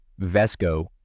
Vesco